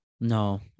No